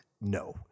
no